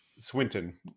Swinton